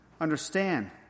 understand